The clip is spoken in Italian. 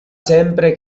sempre